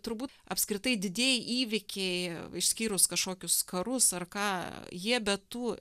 turbūt apskritai didieji įvykiai išskyrus kažkokius karus ar ką jie be tų